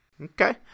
Okay